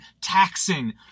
taxing